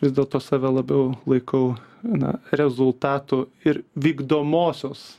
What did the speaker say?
vis dėlto save labiau laikau na rezultatų ir vykdomosios